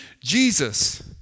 Jesus